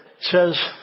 says